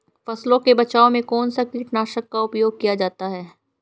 फसलों के बचाव में कौनसा कीटनाशक का उपयोग किया जाता है?